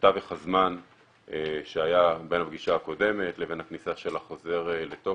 טווח הזמן שהיה בין הפגישה הקודמת לבין הכניסה של החוזר לתוקף,